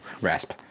Rasp